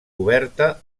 coberta